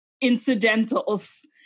incidentals